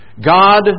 God